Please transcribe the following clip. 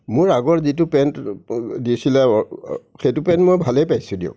মোৰ আগৰ যিটো পেণ্ট দিছিলে সেই পেণ্ট মই ভালেই পাইছিলোঁ